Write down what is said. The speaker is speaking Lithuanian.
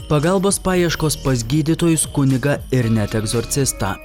pagalbos paieškos pas gydytojus kunigą ir net egzorcistą